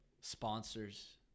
sponsors